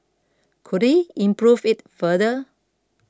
could he improve it further